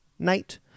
Knight